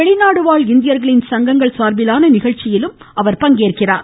வெளிநாடு வாழ் இந்தியர்களின் சங்கங்கள் சார்பிலான நிகழ்ச்சியிலும் அவர் பங்கேற்கிறார்